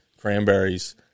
cranberries